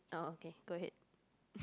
oh okay go ahead